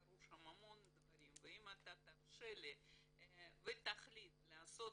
קרו שם המון דברים ואם תרשה לי ותחליט לעשות